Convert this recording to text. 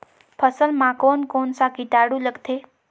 फसल मा कोन कोन सा कीटाणु लगथे?